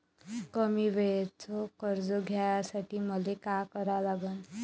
कमी वेळेचं कर्ज घ्यासाठी मले का करा लागन?